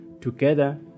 Together